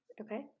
okay